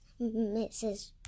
Mrs